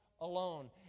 alone